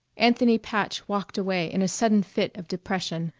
anthony patch walked away in a sudden fit of depression,